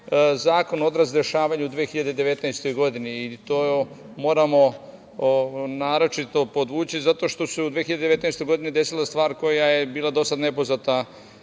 zakon odraz dešavanja u 2019. godini i to moramo naročito podvući, zato što se u 2019. godini desila stvar koja je bila do sada nepoznata